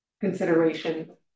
consideration